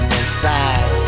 inside